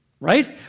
right